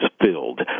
filled